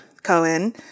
cohen